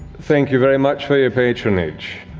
thank you very much for your patronage.